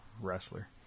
wrestler